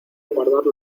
guardar